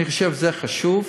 אני חושב שזה חשוב,